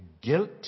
guilt